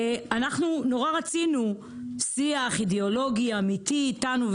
אנחנו נורא רצינו שיח אידיאולוגי אמיתי איתנו,